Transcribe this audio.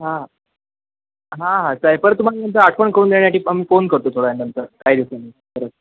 हां हां हां पण तुम्हाला नंतर आठवण करून देण्यासाठी फोन करतो थोड्या वेळानंतर काही दिवसांनी परत